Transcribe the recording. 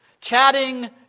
chatting